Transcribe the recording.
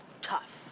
Tough